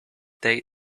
day